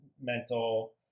mental